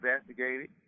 investigated